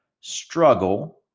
struggle